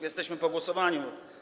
Jesteśmy po głosowaniu.